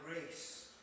grace